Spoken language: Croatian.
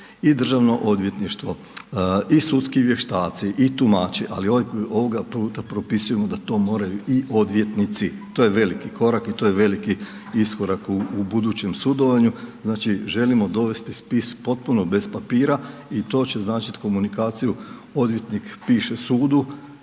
i državno odvjetništvo i sudski vještaci i tumači, ali ovoga puta propisujemo da to moraju i odvjetnici. To je veliki korak i to je veliki iskorak u budućem sudovanju, znači želimo dovesti spis potpuno bez papira i to će značiti komunikaciju, odvjetnik piše sudu,